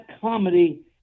comedy